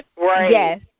Yes